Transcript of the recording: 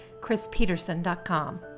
chrispeterson.com